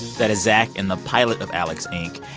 that is zach in the pilot of alex, inc.